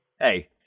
Hey